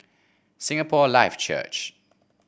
Singapore Life Church